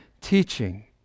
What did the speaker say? teaching